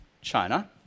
China